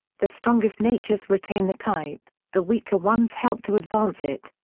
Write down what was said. the strongest natures retain the type, the weaker ones help to advance it.